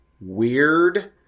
weird